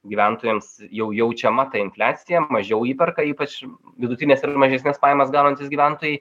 gyventojams jau jaučiama ta infliacija mažiau įperka ypač vidutines ir mažesnes pajamas gaunantys gyventojai